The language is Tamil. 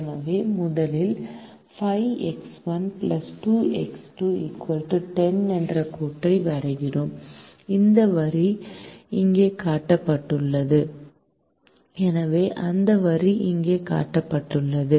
எனவே முதலில் 5X1 2X2 10 என்ற கோட்டை வரைகிறோம் அந்த வரி இங்கே காட்டப்பட்டுள்ளது எனவே அந்த வரி இங்கே காட்டப்பட்டுள்ளது